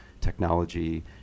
technology